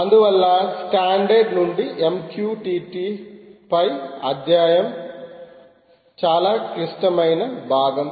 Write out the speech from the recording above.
అందువల్ల స్టాండర్డ్ నుండి MQTT పై అధ్యాయం చాలా క్లిష్టమైన భాగం